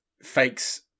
fakes